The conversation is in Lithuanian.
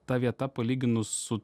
ta vieta palyginus su